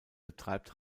betreibt